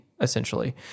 essentially